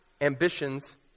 ambitions